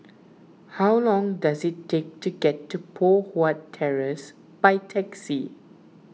how long does it take to get to Poh Huat Terrace by taxi